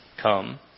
come